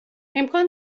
امکان